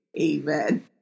amen